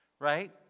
Right